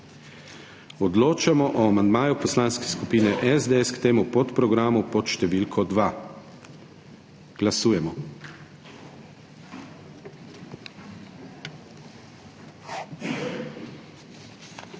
Odločamo o amandmaju Poslanske skupine SDS k temu podprogramu. Glasujemo.